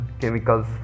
chemicals